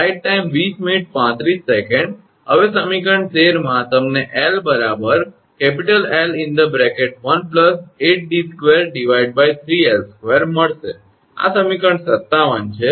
અને સમીકરણ 13 માં તમને 𝑙 𝐿1 8𝑑2 3𝐿2 મળશે આ સમીકરણ 57 છે